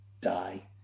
die